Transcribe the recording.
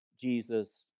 Jesus